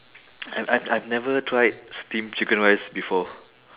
I I've I've never tried steam chicken rice before